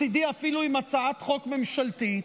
מצידי אפילו עם הצעת חוק ממשלתית,